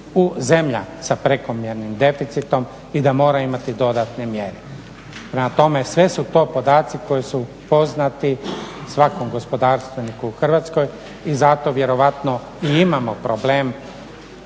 zemlja sa prekomjernim deficitom i da mora imati dodatne mjere. prema tome sve su to podaci koji su poznati svakom gospodarstveniku u Hrvatskoj i zato vjerojatno i imamo problem